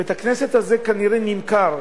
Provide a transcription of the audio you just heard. בית-הכנסת הזה כנראה נמכר.